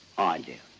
i do,